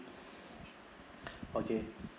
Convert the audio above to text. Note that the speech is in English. okay